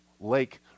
lake